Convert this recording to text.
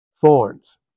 thorns